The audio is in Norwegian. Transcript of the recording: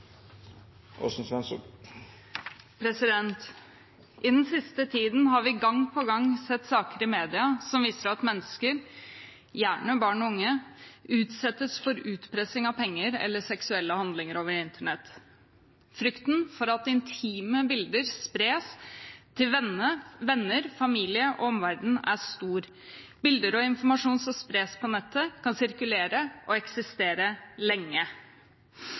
minutt. I den siste tiden har vi gang på gang sett saker i media som viser at mennesker, gjerne barn og unge, utsettes for utpressing av penger eller seksuelle handlinger over internett. Frykten for at intime bilder spres til venner, familie og omverdenen er stor. Bilder og informasjon som spres på nettet, kan sirkulere og eksistere lenge.